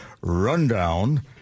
rundown